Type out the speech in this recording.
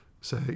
say